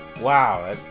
Wow